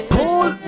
Pull